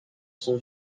son